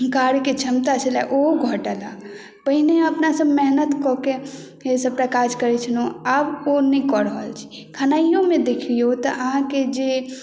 कार्यके क्षमता छलए ओ घटलए पहिने अपनासभ मेहनति कऽ के सभटा काज करैत छलहुँ आब ओ नहि कऽ रहल छी खेनाइओमे देख लियौ तऽ अहाँके जे